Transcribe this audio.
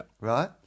Right